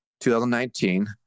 2019